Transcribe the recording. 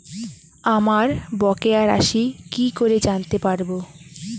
আমার বকেয়া রাশি কি করে জানতে পারবো?